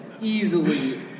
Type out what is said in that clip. easily